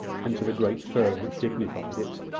and to the great firm which dignified it,